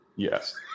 Yes